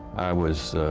i was